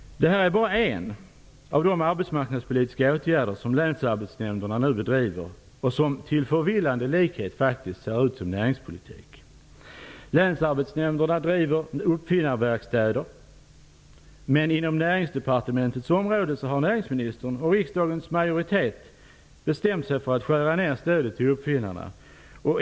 Detta är bara en av de arbetsmarknadspolitiska åtgärder som länsarbetsnämnderna nu bedriver och som till förvillande likhet faktiskt ser ut som näringspolitik. Länsarbetsnämnderna driver uppfinnarverkstäder, men inom Näringsdepartementets område har näringsministern och riksdagens majoritet bestämt sig för att skära ner stödet till uppfinnarna.